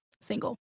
single